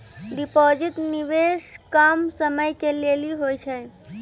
Deposit निवेश कम समय के लेली होय छै?